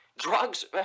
Drugs